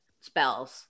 spells